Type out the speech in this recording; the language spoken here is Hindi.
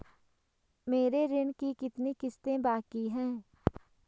मेरे ऋण की कितनी किश्तें बाकी हैं?